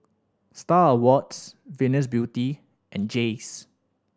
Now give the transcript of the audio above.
Star Awards Venus Beauty and Jays